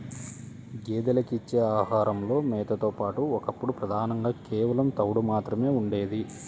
గేదెలకు ఇచ్చే ఆహారంలో మేతతో పాటుగా ఒకప్పుడు ప్రధానంగా కేవలం తవుడు మాత్రమే ఉండేది